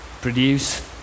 Produce